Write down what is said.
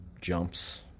jumps